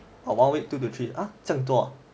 a one week two to three !huh! 这样多 ah